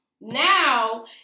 Now